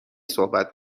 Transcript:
صحبت